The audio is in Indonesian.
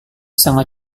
sangat